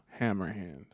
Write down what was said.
Hammerhand